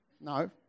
No